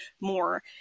more